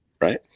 right